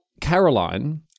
Caroline